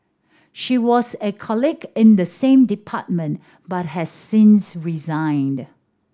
she was a colleague in the same department but has since resigned